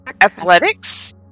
Athletics